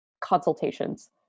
consultations